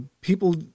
people